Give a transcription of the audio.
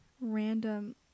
random